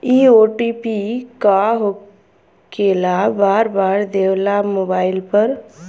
इ ओ.टी.पी का होकेला बार बार देवेला मोबाइल पर?